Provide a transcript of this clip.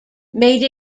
made